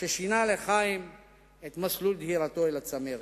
ששינה לחיים את מסלול דהירתו אל הצמרת.